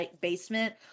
basement